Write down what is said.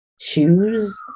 shoes